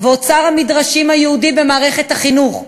ואת אוצר המדרשים היהודי במערכת החינוך,